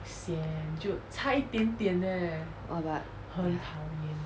oh but ya